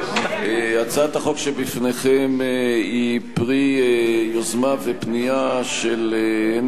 הצעת החוק שבפניכם היא פרי יוזמה ופנייה הן